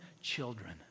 children